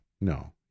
no